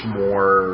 more